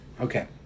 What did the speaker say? Okay